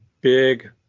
big